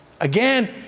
Again